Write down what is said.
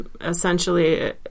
essentially